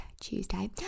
Tuesday